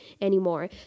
anymore